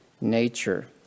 nature